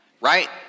Right